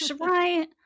Right